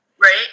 Right